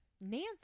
Nancy